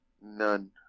none